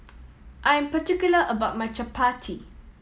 I am particular about my Chapati